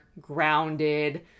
grounded